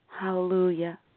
Hallelujah